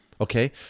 Okay